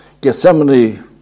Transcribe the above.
Gethsemane